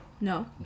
no